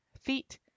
feet